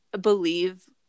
believe